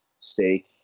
steak